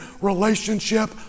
relationship